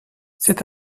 c’est